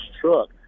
truck